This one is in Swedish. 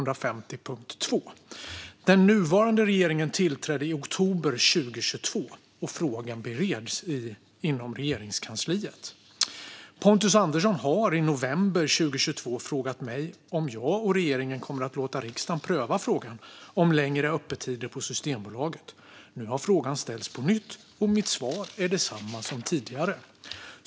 Den nuvarande regeringen tillträdde i oktober 2022, och frågan bereds inom Regeringskansliet. Pontus Andersson frågade mig i november 2022 om jag och regeringen kommer att låta riksdagen pröva frågan om längre öppettider på Systembolaget. Nu har frågan ställts på nytt, och mitt svar är detsamma som tidigare.